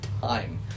time